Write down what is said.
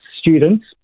students